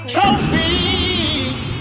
Trophies